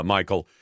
Michael